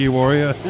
Warrior